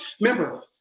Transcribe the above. Remember